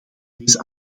deze